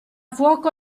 fuoco